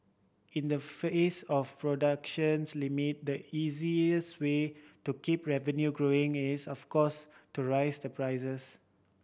in the face of productions limit the easiest way to keep revenue growing is of course to raise the prices